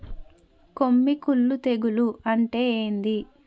కొమ్మి కుల్లు తెగులు అంటే ఏంది?